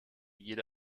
jede